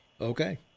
Okay